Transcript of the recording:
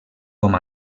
com